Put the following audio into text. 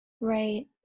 Right